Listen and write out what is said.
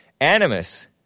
Animus